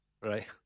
right